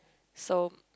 so